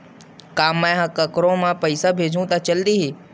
का मै ह कोखरो म पईसा भेजहु त चल देही?